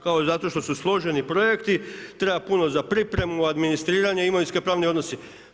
Kao zato što su složeni projekti, treba puno za pripremu, administriranje i imovinsko pravni odnosi.